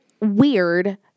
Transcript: weird